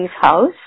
house